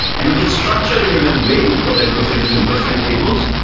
and you can structure it in a way whether if it is in different tables,